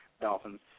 Dolphins